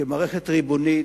כמערכת ריבונית,